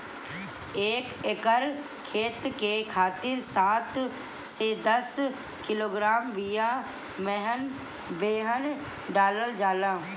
एक एकर खेत के खातिर सात से दस किलोग्राम बिया बेहन डालल जाला?